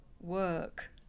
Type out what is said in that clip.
work